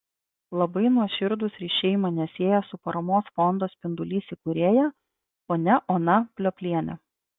labai nuoširdūs ryšiai mane sieja su paramos fondo spindulys įkūrėja ponia ona pliopliene